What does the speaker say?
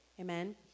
Amen